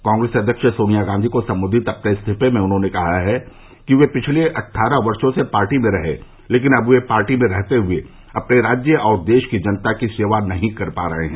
कांग्रेस अध्यक्ष सोनिया गांधी को सम्बोधित अपने इस्तीफे में उन्होंने कहा है कि वे पिछले अट्ठारह वर्षो से पार्टी में रहे हैं लेकिन अब वे पार्टी में रहते हुए अपने राज्य और देश की जनता की सेवा नहीं कर पा रहे हैं